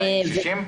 260?